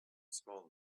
small